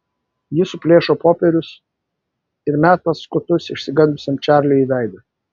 ji suplėšo popierius ir meta skutus išsigandusiam čarliui į veidą